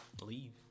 leave